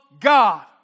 God